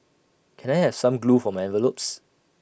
can I have some glue for my envelopes